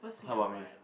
how about me